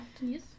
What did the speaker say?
Yes